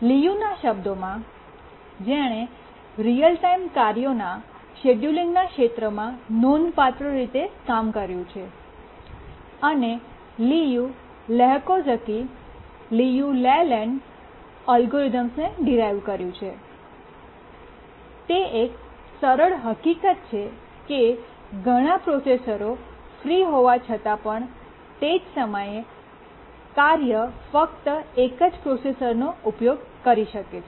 લિયુના શબ્દોમાં જેણે real time કાર્યોના શેડયુલિંગના ક્ષેત્રમાં નોંધપાત્ર રીતે કામ કર્યું છે અને લિયુ લેહોકઝ્કી લિયુ લેલેન્ડ અલ્ગોરિધમ્સને ડિરાઇવ કર્યું છે તે એક સરળ હકીકત છે કે ઘણા પ્રોસેસરો ફ્રી હોવા છતાં પણ તે જ સમયે કાર્ય ફક્ત 1 પ્રોસેસરનો ઉપયોગ કરી શકે છે